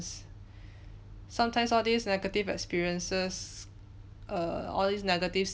sometimes all these negative experiences err all these negative